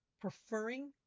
preferring